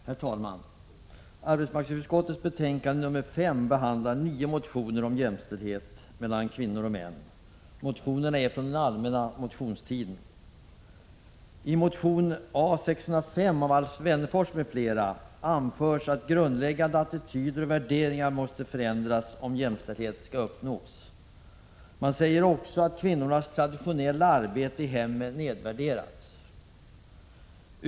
Herr talman! Arbetsmarknadsutskottets betänkande 1986 86:A605 av Alf Wennerfors m.fl. anförs att grundläggande attityder och värderingar måste förändras om jämställdhet skall uppnås. Man säger också att kvinnors traditionella arbete i hemmet nedvärderats.